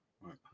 Right